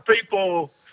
people